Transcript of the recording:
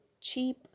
cheap